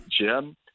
Jim